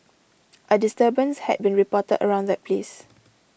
a disturbance had been reported around that place